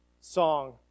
song